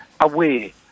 away